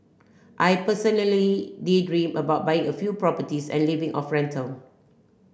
I personally daydream about buying a few properties and living off rental